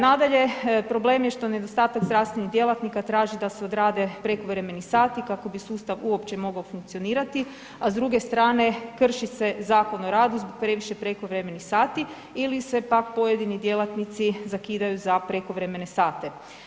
Nadalje, problem je što nedostatak zdravstvenih djelatnika traži da se odrade prekovremeni sati kako bi sustav uopće mogao funkcionirati, a s druge strane krši se Zakon o radu zbog previše prekovremenih sati ili se pak pojedini djelatnici zakidaju za prekovremene sate.